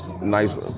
nice